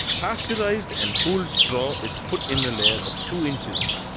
pasteurized and cooled straw is put in a layer of two inches.